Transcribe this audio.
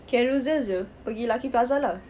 carousell jer pergi lucky plaza lah